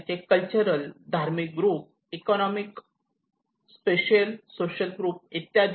त्यांचे कल्चरल धार्मिक group economic spatial social group इत्यादी